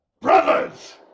Brothers